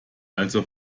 also